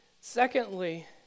Secondly